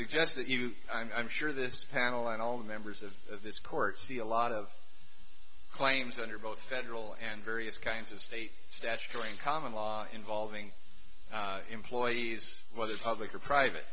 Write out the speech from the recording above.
suggest that you i'm sure this panel and all members of this court see a lot of claims under both federal and various kinds of state statutory in common law involving employees whether public or private